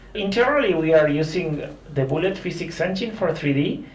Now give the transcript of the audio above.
internally, we are using the bullet physics engine for three d.